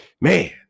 man